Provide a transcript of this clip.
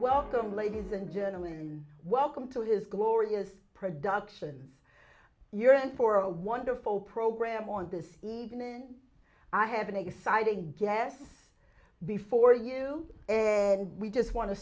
welcome ladies and gentlemen welcome to his glorious production you're in for a wonderful program on this evening i have an exciting guess before you and we just want to